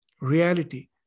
reality